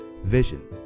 vision